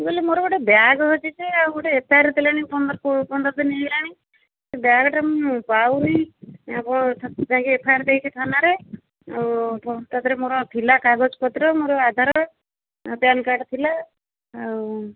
ମୁଁ କହିଲି ମୋର ଗୋଟେ ବ୍ୟାଗ୍ ହଜିଛି ଆଉ ଗୋଟେ ଏଫ୍ ଆଇ ଆର୍ ଦେଲିଣି ପନ୍ଦର କୋ ପନ୍ଦର ଦିନ ହେଇଗଲାଣି ସେ ବ୍ୟାଗ୍ଟା ମୁଁ ପାଉନାହିଁ ଆପଣ ଯାଇକି ଏଫ୍ ଆଇ ଆର୍ ଦେଇଛି ଥାନାରେ ଆଉ ତା ଦେହରେ ମୋର ଥିଲା କାଗଜ ପତ୍ର ମୋର ଆଧାର କାର୍ଡ଼ ପ୍ୟାନ୍ କାର୍ଡ଼ ଥିଲା ଆଉ